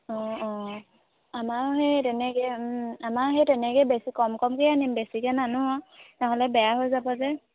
অঁ অঁ আমাৰো সেই তেনেকৈ আমাৰ সেই তেনেকৈ বেছি কম কমকৈ আনিম বেছিকৈ নানো আৰু নহ'লে বেয়া হৈ যাব যে